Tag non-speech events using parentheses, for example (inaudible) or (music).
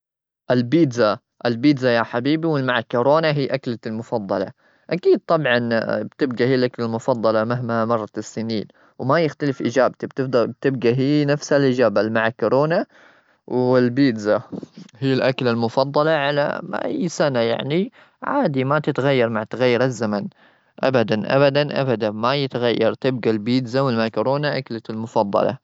البيتزا-البيتزا يا حبيبي، والمعكرونة هي أكلتي المفضلة. أكيد، طبعا، (hesitation) بتبجى هي لك المفضلة مهما مرت السنين. وما يختلف إجابتي بتبجى هي نفسها الإجابة المعكرونة والبيتزا هي الأكلة المفضلة، على ما أي سنه يعني، عادي ما تتغير مع تغير الزمن أبدا-أبدا-أبدا ما يتغير، تبجى البيتزا والمعكرونة أكلتي المفضلة.